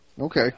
okay